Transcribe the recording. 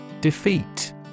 Defeat